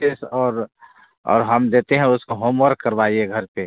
और और हम देते हैं उसको होम वर्क करवाइए घर पर